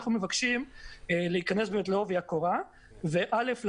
אנחנו מבקשים להיכנס לעובי הקורה ואל"ף,